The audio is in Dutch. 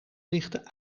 lichten